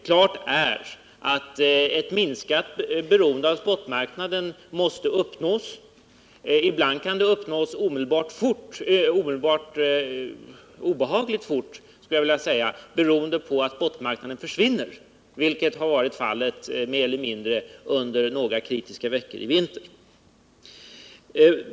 Klart är att ett minskat beroende av spot-marknaden måste uppnås. Ibland kan det uppnås obehagligt fort, beroende på att spot-marknaden försvinner, vilket mer eller mindre har varit fallet under några kritiska veckor i vinter.